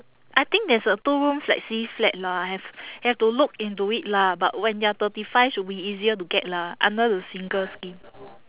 I think there's a two room flexi flat lah have have to look into it lah but when you are thirty five should be easier to get lah under the single scheme